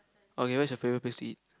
okay where is your favourite place to eat